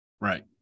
right